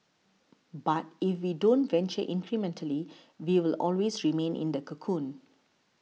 but if we don't venture incrementally we will always remain in the cocoon